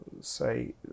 say